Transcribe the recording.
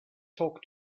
talk